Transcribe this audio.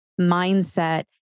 mindset